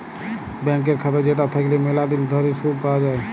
ব্যাংকের খাতা যেটা থাকল্যে ম্যালা দিল ধরে শুধ পাওয়া যায়